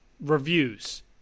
reviews